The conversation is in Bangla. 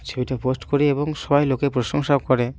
ছবিটা পোস্ট করি এবং সবাই লোকে প্রশংসাও করে